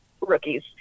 rookies